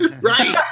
Right